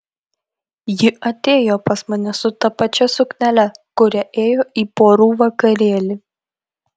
ji atėjo pas mane su ta pačia suknele kuria ėjo į porų vakarėlį